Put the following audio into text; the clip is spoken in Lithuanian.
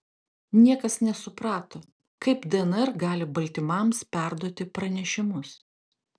niekas nesuprato kaip dnr gali baltymams perduoti pranešimus